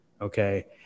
okay